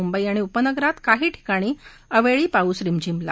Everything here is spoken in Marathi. मुंबई आणि उपनगरात काही ठिकाणी अवेळी पाऊस रिमझिमला